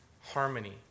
harmony